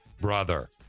brother